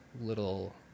little